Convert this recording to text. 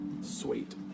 sweet